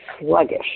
sluggish